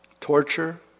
torture